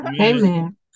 Amen